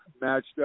matched